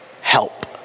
help